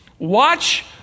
Watch